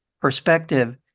perspective